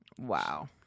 Wow